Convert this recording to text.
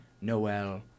Noel